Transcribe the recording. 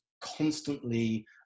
constantly